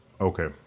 Okay